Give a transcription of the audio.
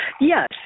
Yes